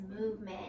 movement